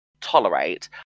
tolerate